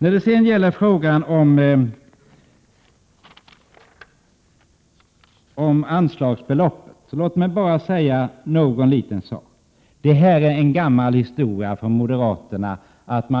Låt mig sedan säga något om frågan om anslagsbelopp. Det är en gammal historia att moderaterna